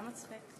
מצחיק?